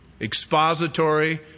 expository